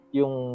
yung